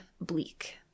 bleak